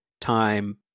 time